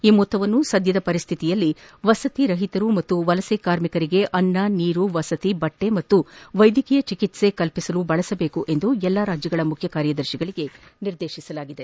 ಈ ಮೊತ್ತವನ್ನು ಸದ್ದದ ಪರಿಶ್ಠಿತಿಯಲ್ಲಿ ವಸತಿ ರಹಿತರು ಮತ್ತು ವಲಸೆ ಕಾರ್ಮಿಕರಿಗೆ ಅನ್ನ ನೀರು ವಸತಿ ಬಟ್ಟೆ ಮತ್ತು ವೈದ್ಯಕೀಯ ಚಿಕಿತ್ಸೆ ಒದಗಿಸಲು ಬಳಸಬೇಕು ಎಂದು ಎಲ್ಲಾ ರಾಜ್ಯಗಳ ಮುಖ್ಯ ಕಾರ್ಯದರ್ಶಿಗಳಿಗೆ ನಿರ್ದೇಶಿಸಲಾಗಿದೆ